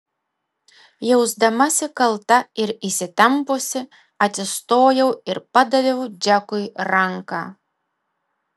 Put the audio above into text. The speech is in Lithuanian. jausdamasi kalta ir įsitempusi atsistojau ir padaviau džekui ranką